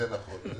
זה נכון.